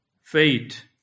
Fate